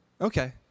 Okay